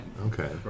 Okay